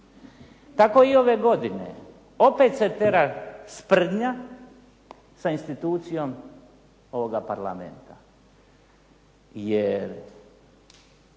Tako i ove godine. Opet se tera sprdnja sa institucijom ovoga parlamenta jer